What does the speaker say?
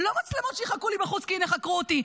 לא מצלמות שיחכו לי בחוץ כי הינה חקרו אותי.